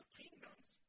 kingdoms